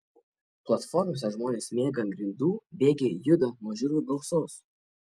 platformose žmonės miega ant grindų bėgiai juda nuo žiurkių gausos